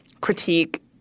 critique